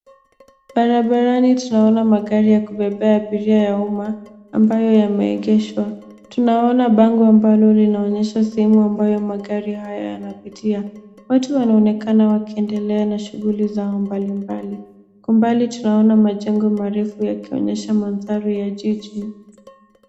Barabara tunaona magari ya kubebea abiria ya umma ambayo yameegeshwa. Tunaona bango ambalo linaonyesha sehemu ambayo magari haya yanapitia. Watu wanaonekana wakiendelea na shughuli zao mbalimbali. Kwa mbali tunaona majengo marefu yakionyesha mandhari ya jiji.